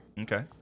Okay